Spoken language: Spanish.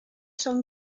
son